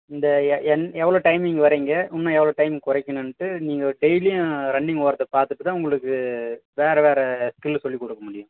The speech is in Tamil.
இந்த எ என் எவ்வளோ டைமிங் வரீங்க இன்னோ எவ்வளோ டைமிங் குறைக்கனுன்ட்டு நீங்கள் டெய்லியும் ரன்னிங் ஓடுறத பார்த்துட்டு தான் உங்களுக்கு வேறு வேறு ஸ்கில்லு சொல்லி கொடுக்க முடியும்